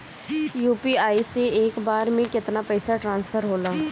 UPI से एक बार मे केतना पैसा ट्रस्फर होखे ला?